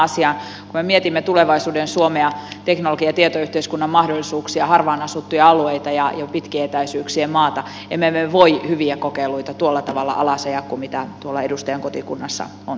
kun me mietimme tulevaisuuden suomea teknologian ja tietoyhteiskunnan mahdollisuuksia harvaan asuttuja alueita ja pitkien etäisyyksien maata emme me voi hyviä kokeiluita tuolla tavalla alas ajaa kuin tuolla edustajan kotikunnassa on tapahtunut